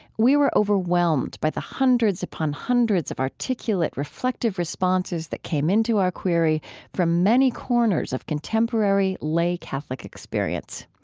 we were overwhelmed by the hundreds upon hundreds of articulate, reflective responses that came in to our query from many corners of contemporary lay catholic experience.